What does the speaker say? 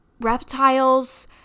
reptiles